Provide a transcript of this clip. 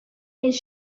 his